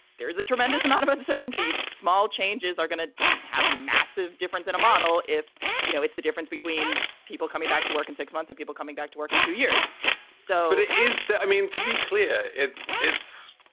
there is a tremendous amount of uncertainty. small changes are going to have massive difference in a model if you know, it's the difference between people coming back to work in six months of people coming back to work in two years so it is i mean, to be clear, it's